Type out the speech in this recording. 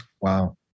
Wow